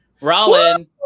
Rollin